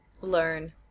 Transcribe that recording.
learn